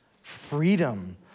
freedom